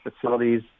facilities